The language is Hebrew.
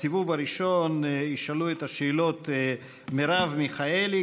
בסיבוב הראשון ישאלו את השאלות מרב מיכאלי,